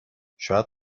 شاید